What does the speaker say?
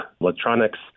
electronics